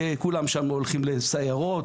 כולם שם הולכים לסיירות,